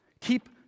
Keep